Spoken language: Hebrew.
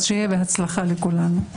אז שיהיה בהצלחה לכולנו.